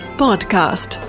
podcast